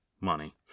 money